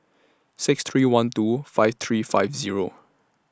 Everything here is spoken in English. six three one two five three five Zero